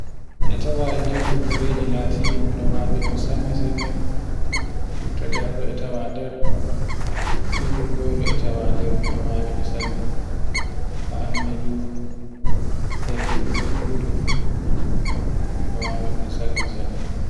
e tawa e nder firirreji latiɗi miɗ wawiɗi sanne sanne. Fitto erte e tawan nder figol bolu e tawa nder miɗo wawi ɗe sanne. Fa hande du e fiugol ludo mido wawigo sanne-sanne.